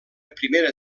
primera